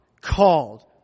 called